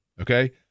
Okay